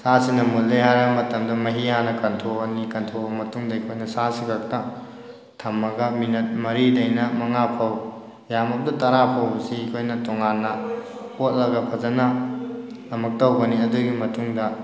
ꯁꯥꯁꯤꯅ ꯃꯨꯜꯂꯦ ꯍꯥꯏꯔꯕ ꯃꯇꯝꯗ ꯃꯍꯤ ꯍꯥꯟꯅ ꯀꯟꯊꯣꯛꯑꯅꯤ ꯀꯟꯊꯣꯛꯑꯕ ꯃꯇꯨꯡꯗ ꯑꯩꯈꯣꯏꯅ ꯁꯥꯁꯤ ꯈꯛꯇ ꯊꯝꯃꯒ ꯃꯤꯅꯠ ꯃꯔꯤꯗꯩꯅ ꯃꯉꯥꯐꯥꯎ ꯌꯥꯝꯃꯕꯗ ꯇꯔꯥꯐꯥꯎꯕꯁꯤ ꯑꯩꯈꯣꯏꯅ ꯇꯣꯉꯥꯟꯅ ꯀꯣꯠꯂꯒ ꯐꯖꯅ ꯑꯃꯨꯛ ꯇꯧꯒꯅꯤ ꯑꯗꯨꯒꯤ ꯃꯇꯨꯡꯗ